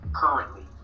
currently